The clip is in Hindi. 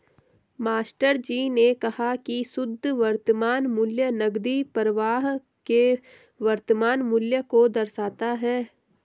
मास्टरजी ने कहा की शुद्ध वर्तमान मूल्य नकदी प्रवाह के वर्तमान मूल्य को दर्शाता है